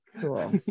cool